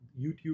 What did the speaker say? YouTube